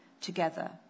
together